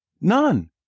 None